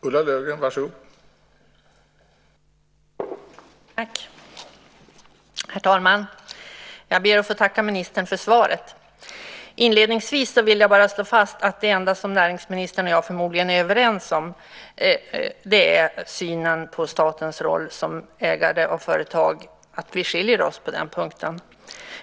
Herr talman! Jag ber att få tacka ministern för svaret. Inledningsvis vill jag bara slå fast att det enda som näringsministern och jag förmodligen är överens om är att vår syn på statens roll som ägare av företag skiljer sig åt.